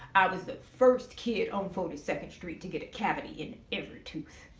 was the first kid on forty second street to get a cavity in every tooth.